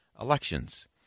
elections